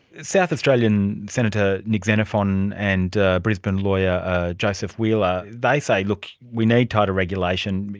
south australian senator nick xenophon and brisbane lawyer joseph wheeler, they say, look, we need total regulation.